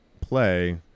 play